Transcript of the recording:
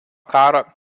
karo